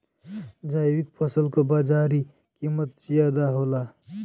जैविक फसल क बाजारी कीमत ज्यादा होला